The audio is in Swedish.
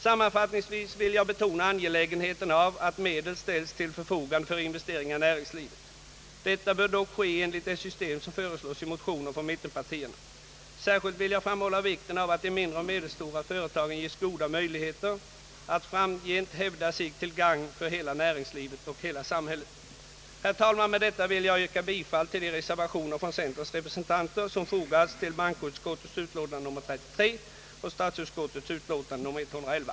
Sammanfattningsvis vill jag betona angelägenheten av att medel ställs till förfogande för investeringar i näringslivet. Detta bör dock ske enligt det system som föreslås i motionerna från mittenpartierna. Särskilt vill jag framhålla vikten av att de mindre och medelstora företagen ges goda möjligheter att framgent hävda sig till gagn för hela näringslivet och hela samhället. Herr talman! Med detta vill jag yrka bifall till de reservationer från centerns representanter som fogats till bankoutskottets utlåtande nr 33 och statsutskottets utlåtande nr 111.